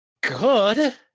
Good